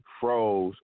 froze